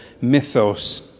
mythos